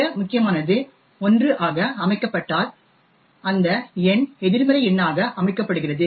மிக முக்கியமானது 1 ஆக அமைக்கப்பட்டால் அந்த எண் எதிர்மறை எண்ணாக அமைக்கப்படுகிறது